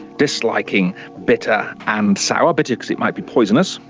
disliking bitter and sour bitter because it might be poisonous,